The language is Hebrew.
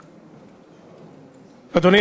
אדוני,